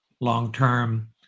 long-term –